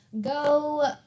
Go